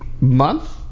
month